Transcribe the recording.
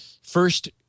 first